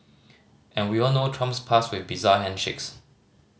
and we all know Trump's past with bizarre handshakes